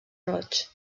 roig